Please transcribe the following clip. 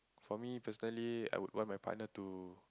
for me personally I would want my partner to